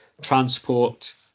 transport